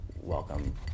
welcome